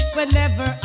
Whenever